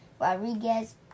Rodriguez